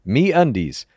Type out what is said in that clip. MeUndies